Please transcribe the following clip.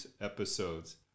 episodes